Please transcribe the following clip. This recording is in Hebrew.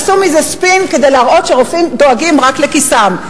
עשו מזה ספין כדי להראות שרופאים דואגים רק לכיסם.